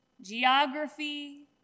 geography